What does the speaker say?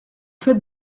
faites